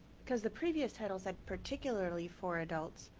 because the previous title said, particularly for adults,